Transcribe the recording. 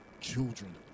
children